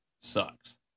Sucks